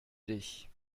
dich